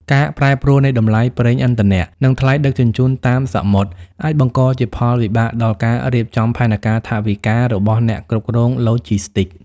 ការប្រែប្រួលនៃតម្លៃប្រេងឥន្ធនៈ និងថ្លៃដឹកជញ្ជូនតាមសមុទ្រ អាចបង្កជាផលវិបាកដល់ការរៀបចំផែនការថវិការបស់អ្នកគ្រប់គ្រងឡូជីស្ទីក។